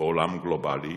בעולם גלובלי,